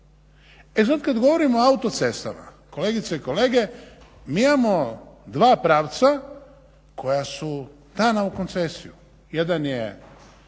E sad kad govorim o autocestama, kolegice i kolege mi imamo dva pravca koja su dana u koncesiju, jedan je